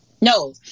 no